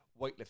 weightlifting